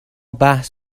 بحث